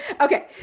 Okay